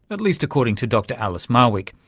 at least according to dr alice marwick.